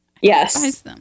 Yes